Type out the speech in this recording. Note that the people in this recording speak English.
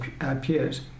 appears